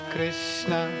Krishna